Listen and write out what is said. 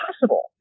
possible